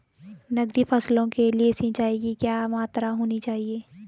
नकदी फसलों के लिए सिंचाई की क्या मात्रा होनी चाहिए?